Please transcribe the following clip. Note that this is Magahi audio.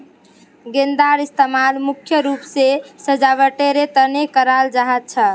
गेंदार इस्तेमाल मुख्य रूप से सजावटेर तने कराल जाहा